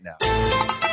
now